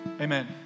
Amen